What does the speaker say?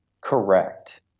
Correct